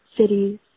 cities